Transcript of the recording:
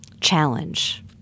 Challenge